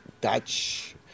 Dutch